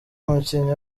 umukinnyi